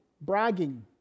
bragging